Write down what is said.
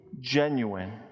genuine